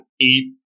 eat